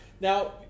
now